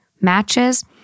Matches